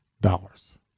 dollars